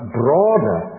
broader